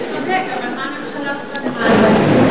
אתה צודק, אתה צודק, אבל מה הממשלה עושה למען זה?